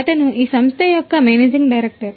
అతను ఈ సంస్థ యొక్క మేనేజింగ్ డైరెక్టర్